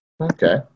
Okay